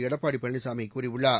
எடப்பாடி பழனிசாமி கூறியுள்ளார்